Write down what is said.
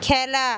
খেলা